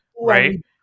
right